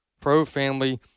pro-family